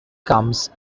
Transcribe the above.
comes